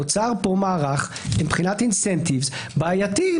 נוצר פה מערך שמבחינת התמריץ הוא בעייתי,